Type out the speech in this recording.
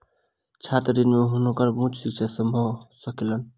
छात्र ऋण से हुनकर उच्च शिक्षा संभव भ सकलैन